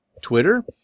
Twitter